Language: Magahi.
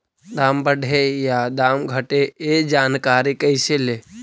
दाम बढ़े या दाम घटे ए जानकारी कैसे ले?